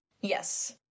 Yes